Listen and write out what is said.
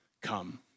come